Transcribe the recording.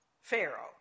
Pharaoh